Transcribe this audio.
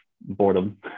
boredom